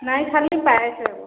ନାଇ ଖାଲି ପାୟେସ୍ ହେବ